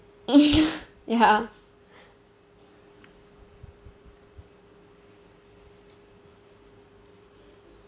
ya